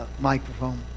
microphone